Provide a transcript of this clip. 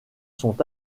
sont